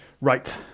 Right